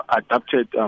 adapted